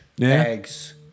eggs